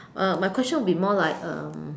uh my question will be more like um